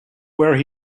where